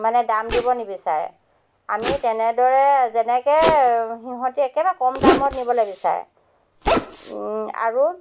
মানে দাম দিব নিবিচাৰে আমি তেনেদৰে যেনেকে সিহঁতি একেবাৰে কম দামত নিবলে বিচাৰে আৰু